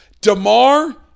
DeMar